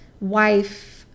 wife